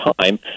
time